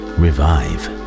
revive